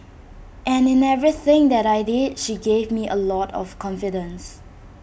and in everything that I did she gave me A lot of confidence